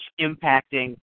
impacting